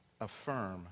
affirm